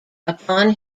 upon